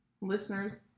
Listeners